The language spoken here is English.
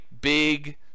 big